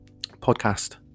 podcast